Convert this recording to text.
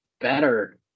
better